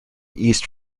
east